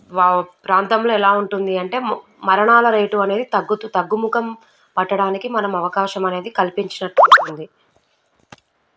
wow ప్రాంతంలో ఎలా ఉంటుంది అంటే మ మరణాల రేట్ అనేది తగ్గుతు తగ్గు ముఖం పట్టడానికి మనం అవకాసమనేది కల్పించినట్టు అవుతుంది